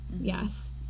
Yes